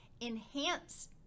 enhance